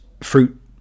fruit